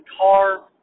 car